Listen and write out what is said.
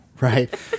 right